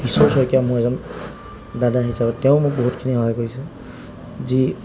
কিশোৰ শইকীয়া মোৰ এজন দাদা হিচাপে তেওঁ মোক বহুতখিনি সহায় কৰিছে যি